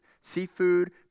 seafood